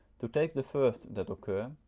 to take the first that occur,